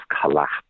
collapse